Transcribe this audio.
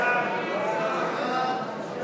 ההצעה להעביר את הצעת חוק מימון מפלגות (תיקון מס'